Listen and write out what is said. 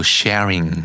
sharing